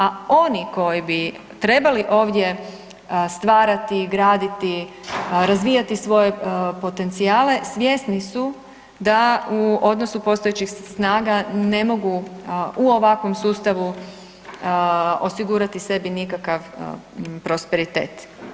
A oni koji bi trebali ovdje stvarati, graditi, razvijati svoje potencijale svjesni su da u odnosu postojećih snaga ne mogu u ovakvom sustavu osigurati sebi nikakav prosperitet.